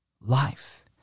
life